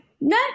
No